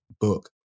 book